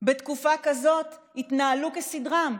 בתקופה כזאת יתנהלו כסדרם,